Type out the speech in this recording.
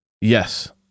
Yes